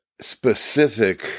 specific